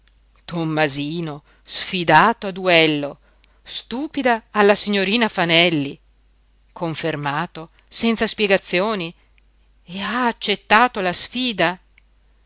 nell'incredulità tommasino sfidato a duello stupida alla signorina fanelli confermato senza spiegazioni e ha accettato la sfida